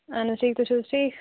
اَہن حظ ٹھیٖک تُہۍ چھُو حظ ٹھیٖک